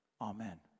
Amen